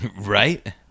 Right